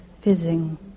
fizzing